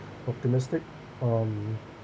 optimistic um